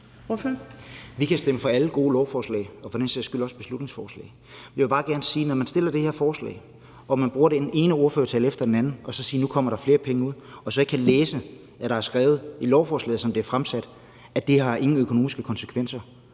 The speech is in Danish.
Vi kan stemme for alle gode lovforslag og for den sags skyld også beslutningsforslag. Jeg vil bare gerne sige, at når man fremsætter det her forslag og bruger den ene ordførertale efter den anden til at sige, at der kommer flere penge, og jeg så kan læse, at der står i lovforslaget, sådan som det er fremsat, at det ingen økonomiske konsekvenser